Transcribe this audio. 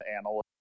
analyst